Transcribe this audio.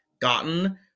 gotten